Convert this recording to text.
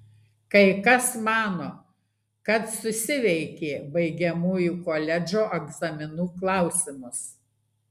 kai kas mano kad susiveikė baigiamųjų koledžo egzaminų klausimus